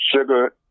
sugar